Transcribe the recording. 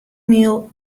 mail